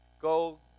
Go